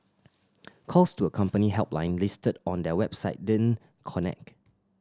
calls to a company helpline listed on their website didn't connect